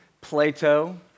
Plato